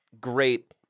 great